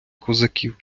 козаків